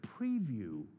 preview